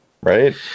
right